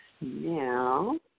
Now